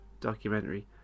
documentary